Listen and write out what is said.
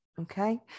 Okay